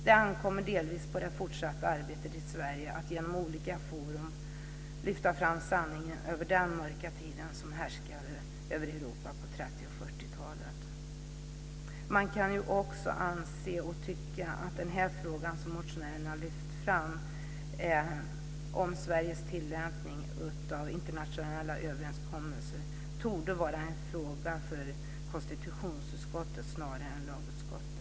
Det ankommer delvis på det fortsatta arbetet i Sverige att genom olika forum lyfta fram sanningen om den mörka tid som härskade i Europa på 30 och 40-talen. Man kan också tycka att frågan som motionärerna har lyft fram om Sveriges tillämpning av internationella överenskommelser snarare torde vara en fråga för konstitutionsutskottet än för lagutskottet.